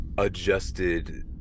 adjusted